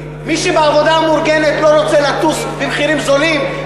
מי שבעבודה המאורגנת לא רוצה לטוס במחירים זולים?